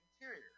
Interior